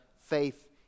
faith